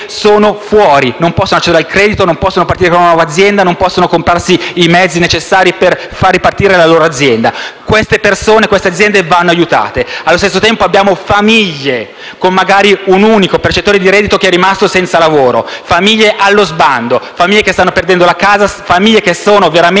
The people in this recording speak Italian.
sono fuori, non possono accedere al credito e non possono partire con una nuova azienda, non possono comprarsi i mezzi necessari per far ripartire la loro azienda. Queste persone e queste aziende vanno aiutate. Allo stesso tempo, ci sono famiglie con un unico percettore di reddito che è rimasto senza lavoro, famiglia allo sbando, che stanno perdendo la casa, che sono veramente